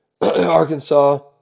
Arkansas